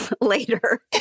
later